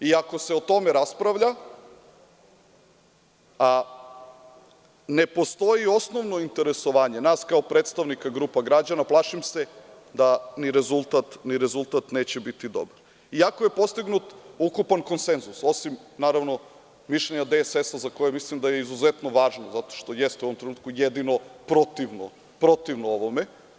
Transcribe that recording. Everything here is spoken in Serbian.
I ako se o tome raspravlja, a ne postoji osnovno interesovanje nas kao predstavnika grupa građana, plašim se da ni rezultat neće biti dobar, iako je postignut ukupan konsenzus, osim, naravno mišljenja DSS za koje mislim da je izuzetno važno, zato što jeste u ovom trenutku jedino protivno ovome.